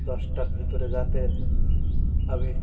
দশটার ভেতরে যাতে আমি